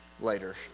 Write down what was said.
later